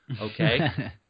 Okay